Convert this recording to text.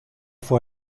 fue